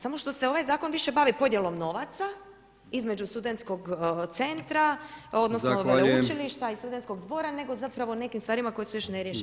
Samo što se ovaj zakon više bavi podjelom novaca između studentskog centra, odnosno veleučilišta i studentskog zbora, nego zapravo o nekim stvarima koje su još neriješene.